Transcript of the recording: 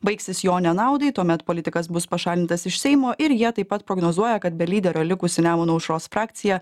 baigsis jo nenaudai tuomet politikas bus pašalintas iš seimo ir jie taip pat prognozuoja kad be lyderio likusi nemuno aušros frakcija